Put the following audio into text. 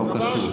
לא קשור.